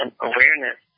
awareness